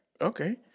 okay